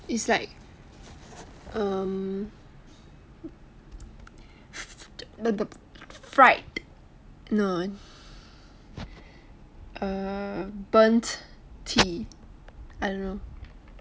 it's like um fried no err burnt tea I don't know